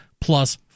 plus